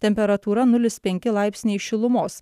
temperatūra nulis penki laipsniai šilumos